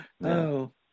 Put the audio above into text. No